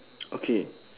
okay